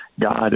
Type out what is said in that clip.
God